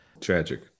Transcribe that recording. Tragic